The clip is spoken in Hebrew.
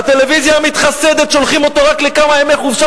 והטלוויזיה המתחסדת שולחת אותו רק לכמה ימי חופשה